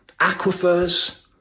aquifers